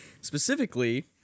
specifically